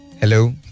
Hello